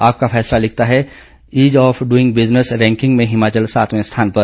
आपका फैसला लिखता है ease of doing business ranking में हिमाचल सातवें स्थान पर